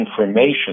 information